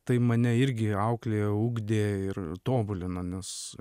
tai mane irgi auklėjo ugdė ir tobulino nes